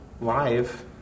live